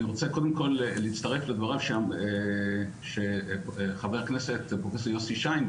אני רוצה להצטרף לדבריו של חבר הכנסת פרופ' יוסי שיין,